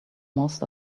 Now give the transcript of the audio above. most